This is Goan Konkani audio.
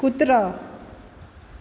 कुत्रो